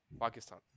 Pakistan